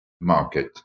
market